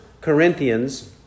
Corinthians